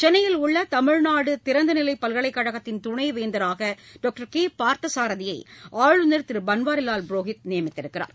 சென்னையில் உள்ள தமிழ்நாடு திறந்தநிலை பல்கலைக்கழகத்தின் துணைவேந்தராக டாக்டர் கே பார்த்தசாரதியை ஆளுநர் திரு பன்வாரிலால் புரோஹித் நியமித்துள்ளார்